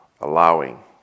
allowing